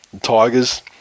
Tigers